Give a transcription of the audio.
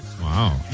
Wow